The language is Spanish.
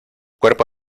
cuerpo